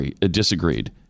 disagreed